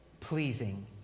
pleasing